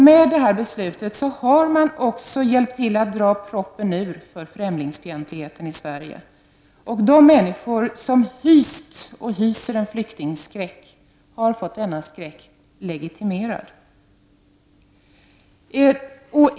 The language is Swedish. Med sitt beslut har man också bidragit till att ”dra ur proppen” när det gäller främlingsfientligheten i Sverige. De människor som hyst och hyser en flyktingskräck har fått denna skräck legitimerad.